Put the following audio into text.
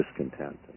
discontent